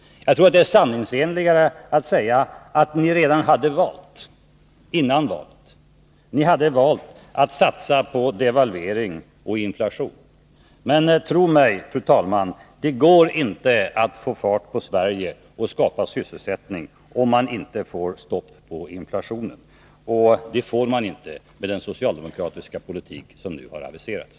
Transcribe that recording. Jag tror att det är sanningsenligare att säga att ni redan hade valt före valet. Ni hade valt att satsa på devalvering och inflation. Men tro mig, fru talman: Det går inte att få fart på Sverige och skapa sysselsättning, om man inte får stopp på inflationen. Och det får man inte med den socialdemokratiska politik som nu har aviserats.